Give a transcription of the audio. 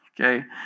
Okay